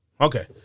Okay